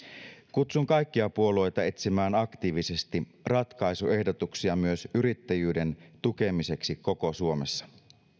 kutsun kaikkia puolueita etsimään aktiivisesti ratkaisuehdotuksia myös yrittäjyyden tukemiseksi koko suomessa